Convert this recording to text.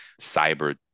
Cyber